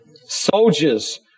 Soldiers